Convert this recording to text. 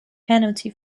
penalty